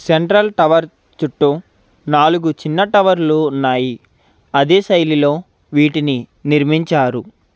central tower చుట్టూ నాలుగు చిన్న టవర్లు ఉన్నాయి అదే శైలిలో వీటిని నిర్మించారు